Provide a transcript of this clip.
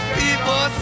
people